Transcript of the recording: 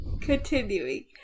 Continuing